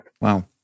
Wow